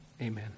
amen